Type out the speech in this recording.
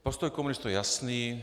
Postoj komunistů je jasný.